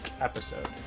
episode